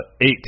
Eight